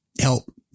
help